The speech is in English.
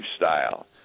lifestyle